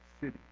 city